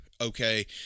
okay